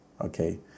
Okay